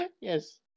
Yes